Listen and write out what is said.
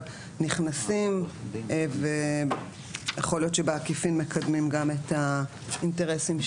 נכנסים ויכול להיות שבעקיפין מקדמים גם את האינטרסים שלהם.